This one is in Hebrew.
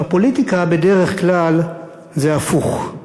בפוליטיקה בדרך כלל זה הפוך.